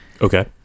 Okay